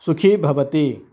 सुखी भवति